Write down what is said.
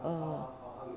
orh